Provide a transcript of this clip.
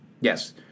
Yes